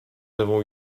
avons